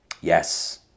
Yes